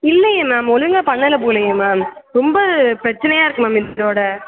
இல்லையே மேம் ஒழுங்காக பண்ணலை போலையே மேம் ரொம்ப பிரச்சனையாக இருக்குது மேம் இதோடு